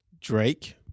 Drake